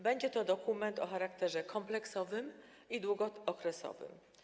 Będzie to dokument o charakterze kompleksowym i długookresowym.